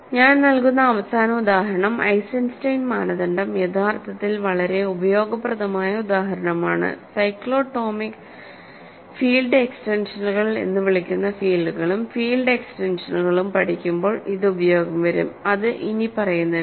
ഞാൻ നൽകുന്ന അവസാന ഉദാഹരണം ഐസൻസ്റ്റൈൻ മാനദണ്ഡം യഥാർത്ഥത്തിൽ വളരെ ഉപയോഗപ്രദമായ ഉദാഹരണമാണ് സൈക്ലോടോമിക് ഫീൽഡ് എക്സ്റ്റൻഷനുകൾ എന്ന് വിളിക്കുന്ന ഫീൽഡുകളും ഫീൽഡ് എക്സ്റ്റൻഷനുകളും പഠിക്കുമ്പോൾ ഇത് ഉപയോഗം വരും ഇത് ഇനിപ്പറയുന്നവയാണ്